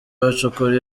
bacukura